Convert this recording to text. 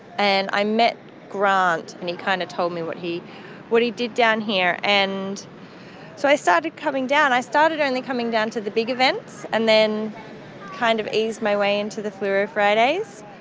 and i met grant and he kind of told me what he what he did down here. and so i started coming down. i started only coming down to the big events, and then kind of eased my way into the fluro fridays.